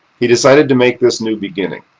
he decided to make this new beginning.